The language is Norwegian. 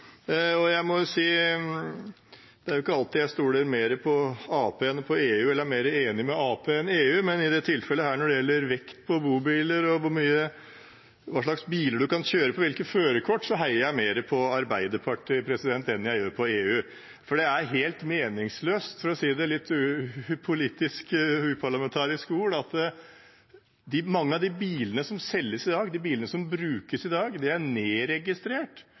Jeg må si at det er ikke alltid jeg er mer enig med Arbeiderpartiet enn med EU, men i dette tilfellet, når det gjelder vekt på bobiler og hva slags biler man kan kjøre med hvilket førerkort, heier jeg mer på Arbeiderpartiet enn jeg gjør på EU. Det er helt meningsløst, for å si det med litt uparlamentariske ord, at mange av de bilene som selges og brukes i dag, er nedregistrert. Det vil si at vekten er